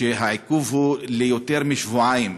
הן שהעיכוב הוא ליותר משבועיים.